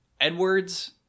Edwards